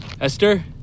Esther